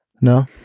No